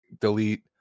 delete